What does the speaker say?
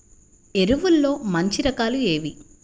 ఎరువుల్లో మంచి రకాలు ఏవి?